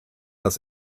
das